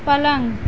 पलंग